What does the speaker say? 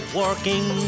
working